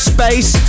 Space